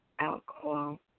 alcohol